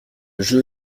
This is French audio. jeu